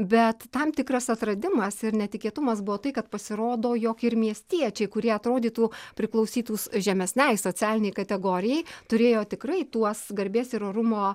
bet tam tikras atradimas ir netikėtumas buvo tai kad pasirodo jog ir miestiečiai kurie atrodytų priklausytų žemesnei socialinei kategorijai turėjo tikrai tuos garbės ir orumo